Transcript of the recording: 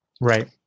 Right